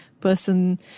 person